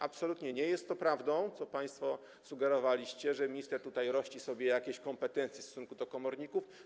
Absolutnie nie jest prawdą to, co państwo sugerowaliście, że minister tutaj rości sobie jakieś kompetencje w stosunku do komorników.